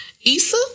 Issa